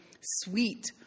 sweet